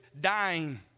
dying